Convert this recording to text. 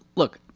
look.